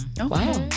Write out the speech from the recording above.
Wow